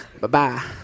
Bye-bye